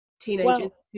teenagers